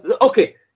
Okay